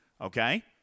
okay